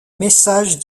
message